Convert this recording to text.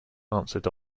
answered